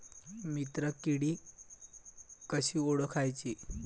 मित्र किडी कशी ओळखाची?